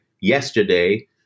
yesterday